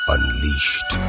Unleashed